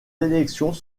élections